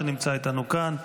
שנמצא איתנו כאן,